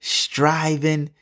striving